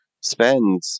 spend